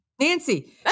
Nancy